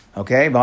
okay